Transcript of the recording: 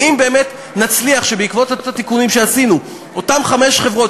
ואם באמת נצליח שבעקבות התיקונים שעשינו אותן חמש חברות